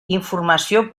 informació